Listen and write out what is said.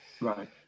Right